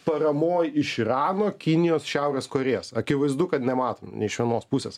paramoj iš irano kinijos šiaurės korėjos akivaizdu kad nematom nei iš vienos pusės